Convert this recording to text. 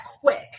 quick